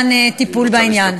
בטיפול בעניין.